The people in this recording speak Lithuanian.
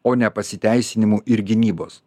o ne pasiteisinimų ir gynybos